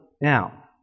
now